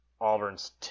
Auburn's